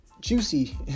juicy